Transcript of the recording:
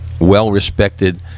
well-respected